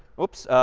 whoops.